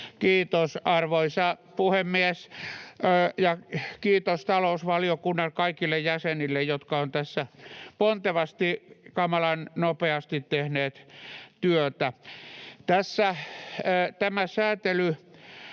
Kiitos, arvoisa puhemies! Ja kiitos talousvaliokunnan kaikille jäsenille, jotka ovat tässä pontevasti, kamalan nopeasti tehneet työtä. Tämä säätely